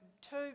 two